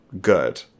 good